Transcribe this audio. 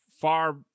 far